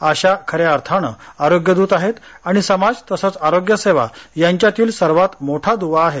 आशा खऱ्या अर्थाने आरोग्य दूत आहेत आणि समाज तसंच आरोग्यसेवा यांच्यातील सर्वात मोठा दुवा आहे